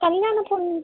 கல்யாண பொண்ணு